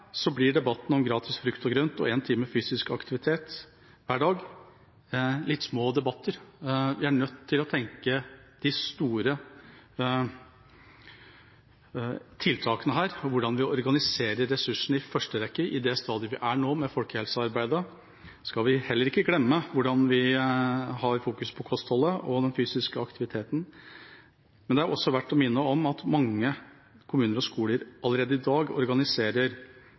blir debattene om gratis frukt og grønt og én time fysisk aktivitet hver dag litt små debatter. Vi er nødt til å tenke på de store tiltakene her og hvordan vi organiserer ressursene, i første rekke på det stadiet vi nå er med folkehelsearbeidet. Så skal vi heller ikke glemme hvordan vi har fokusering på kostholdet og den fysiske aktiviteten. Men det er også verdt å minne om at mange kommuner og skoler allerede i dag organiserer